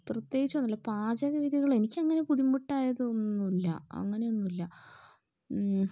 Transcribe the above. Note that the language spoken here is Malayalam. അങ്ങനത്തെ പ്രത്യേകിച്ചൊന്നും ഇല്ല പാചക വിധികൾ എനിക്കങ്ങനെ ബുദ്ധിമുട്ടായത് ഒന്നുമില്ല അങ്ങനെ ഒന്നുമില്ല